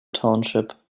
township